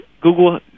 Google